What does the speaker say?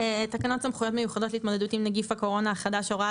"סמכויות מיוחדות להתמודדות עם נגיף הקורונה החדש (הוראת